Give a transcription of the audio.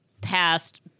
passed